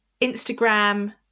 Instagram